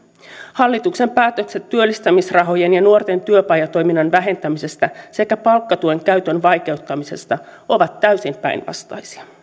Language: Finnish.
hallituksen päätökset työllistämisrahojen ja nuorten työpajatoiminnan vähentämisestä sekä palkkatuen käytön vaikeuttamisesta ovat täysin päinvastaisia